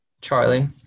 Charlie